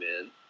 man